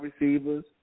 receivers